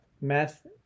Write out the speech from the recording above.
math